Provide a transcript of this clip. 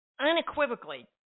unequivocally